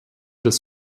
des